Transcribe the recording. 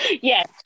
Yes